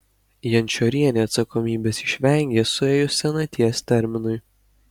jančiorienė atsakomybės išvengė suėjus senaties terminui